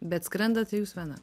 bet skrendat jūs viena